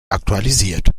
aktualisiert